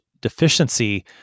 deficiency